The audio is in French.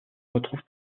retrouve